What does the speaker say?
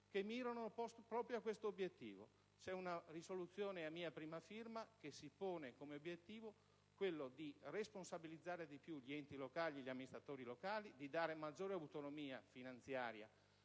che mirano proprio a realizzare tale obiettivo. C'è una proposta di risoluzione a mia prima firma che si pone come obiettivo quello di responsabilizzare di più gli enti locali e gli amministratori locali, dando loro maggiore autonomia finanziaria.